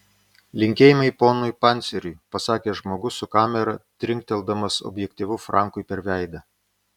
linkėjimai ponui panceriui pasakė žmogus su kamera trinkteldamas objektyvu frankui per veidą